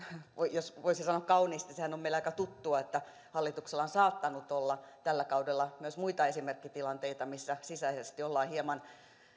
jos voisi sanoa kauniisti sehän on meillä aika tuttua että hallituksella on saattanut olla tällä kaudella myös muita esimerkkitilanteita missä sisäisesti ollaan hieman